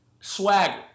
Swagger